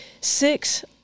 six